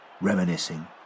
Reminiscing